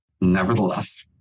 Nevertheless